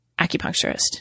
acupuncturist